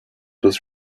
was